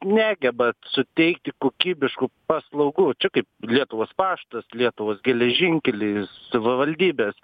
negeba suteikti kokybiškų paslaugų čia kaip lietuvos paštas lietuvos geležinkeliai savivaldybės